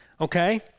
Okay